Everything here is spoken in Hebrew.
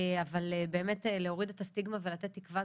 אבל באמת להוריד את הסטיגמה ולתת תקווה,